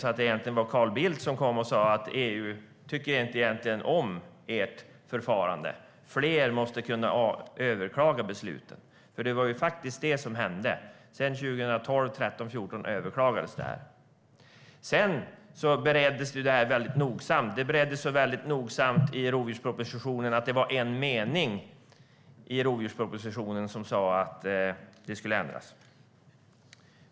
Egentligen kanske det var Carl Bildt som kom och sa att EU inte tycker om förfarandet och att fler måste kunna överklaga besluten. Det var ju faktiskt så det blev. År 2012, 2013 och 2014 överklagades det här. Sedan bereddes det här väldigt nogsamt. Det bereddes så väldigt nogsamt i rovdjurspropositionen att det var en mening i propositionen som sa att det skulle ändras.